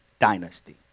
dynasty